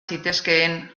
zitezkeen